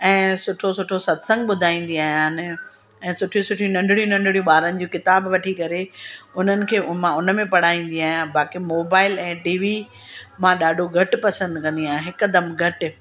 ऐं सुठो सुठो सत्संग ॿुधाईंदी आहियां न ऐं सुठियूं सुठियूं नंढणियूं नंढणियूं ॿारनि जियूं किताब वठी करे हुननि खे उ मां उन में पढ़ाईंदी आयां बाकी मोबाइल ऐं टीवी मां ॾाढो घटि पसंदि कंदी आहियां हिकदमु घटि